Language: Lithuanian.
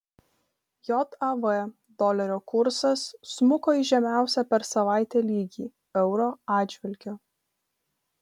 jav dolerio kursas smuko į žemiausią per savaitę lygį euro atžvilgiu